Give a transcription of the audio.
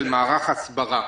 של מערך הסברה.